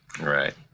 right